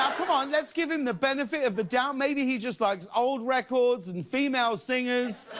um um let's give him the benefit of the doubt, maybe he just likes old records and female singers.